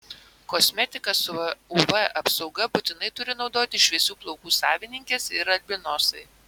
kosmetiką su uv apsauga būtinai turi naudoti šviesių plaukų savininkės ir albinosai